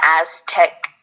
Aztec